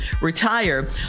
retire